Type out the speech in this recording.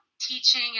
teaching